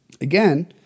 Again